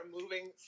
moving